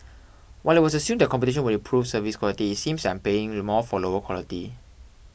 while it was assumed that competition would improve service quality it seems that I'm paying more for lower quality